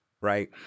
right